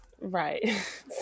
right